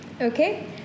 Okay